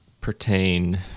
pertain